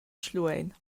schluein